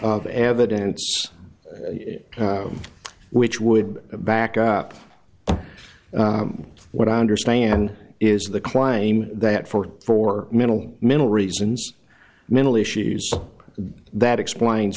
of evidence which would back up what i understand is the claim that for for mental mental reasons mental issues that explains